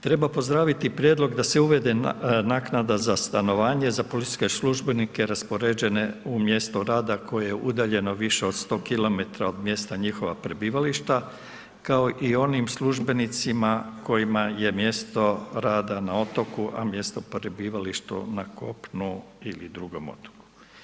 Treba pozdraviti prijedlog da se uvede naknada za stanovanje, za policijske službenike, raspoređene u mjesto rada, koje je udaljeno više od 100 km od mjesta njihova prebivališta, kao i onim službenicima, kojima je mjesto rada na otoku, a mjesto prebivališta na kopnu ili drugom otoku.